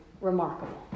remarkable